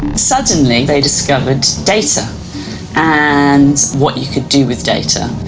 suddenly they discovered data and what you could do with data.